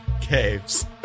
caves